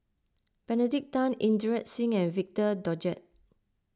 Benedict Tan Inderjit Singh and Victor Doggett